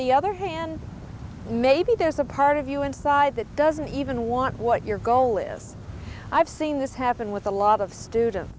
the other hand maybe there's a part of you inside that doesn't even want what your goal is i've seen this happen with a lot of student